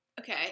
Okay